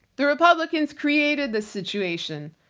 the republicans created the situation.